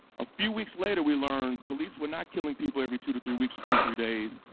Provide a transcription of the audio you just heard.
a few weeks later, we learned police were not killing people every two to three weeks or two or three days,